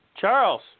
Charles